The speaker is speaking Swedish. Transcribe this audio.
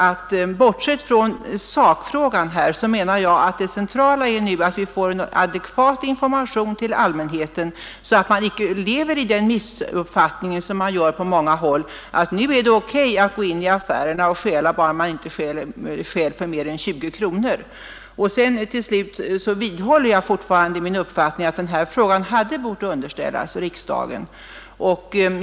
Bortsett från sakfrågan menar jag därför att det centrala nu är att få ut en adekvat information till allmänheten, så att den icke kan leva kvar i den felaktiga uppfattning som man på många håll har, att det nu är tillåtet att gå in och stjäla i affärerna bara man inte stjäl för mer än 20 kronor. Till slut vidhåller jag fortfarande min uppfattning att denna fråga hade bort underställas riksdagen.